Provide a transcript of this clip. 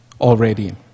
already